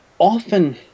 Often